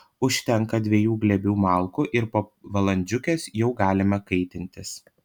užtenka dviejų glėbių malkų ir po valandžiukės jau galime kaitintis